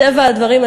מטבע הדברים,